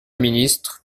ministre